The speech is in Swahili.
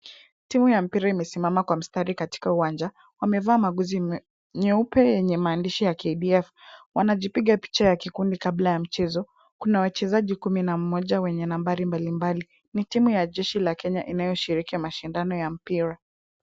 Timu ya mpira imesimama kwa mstari katika uwanja. Wamevaa magozi nyeupe yenye maandishi ya KDF. Wanajipiga picha ya kikundi kabla ya mchezo. Kuna wachezaji kumi na mmoja wenye nambari mbalimbali. Ni timu ya jeshi ya Kenya inayoshiriki mashindano ya mpira.